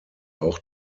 auch